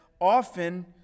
often